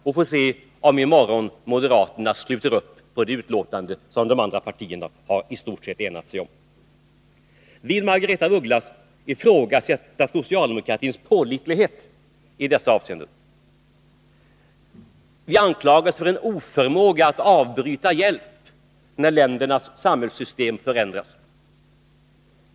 Vi får se i morgon om moderaterna sluter upp bakom det betänkande som de andra partiernas representanter i stort sett har enat sig om. Vill Margaretha af Ugglas ifrågasätta socialdemokratins pålitlighet i dessa avseenden? Vi anklagas för oförmåga att avbryta hjälp när ländernas samhällssystem förändras.